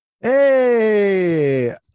hey